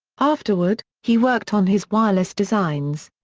afterward, he worked on his wireless designs.